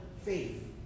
faith